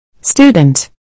Student